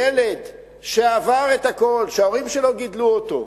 ילד שעבר את הכול, שההורים שלו גידלו אותו,